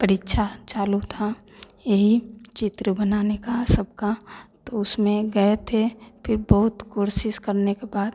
परीक्षा चालू था यही चित्र बनाने का सबका तो उसमें गए थे फिर बहुत कोशिश करने के बाद